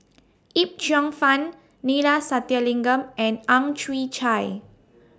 Yip Cheong Fun Neila Sathyalingam and Ang Chwee Chai